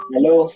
Hello